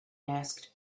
asked